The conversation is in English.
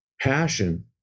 passion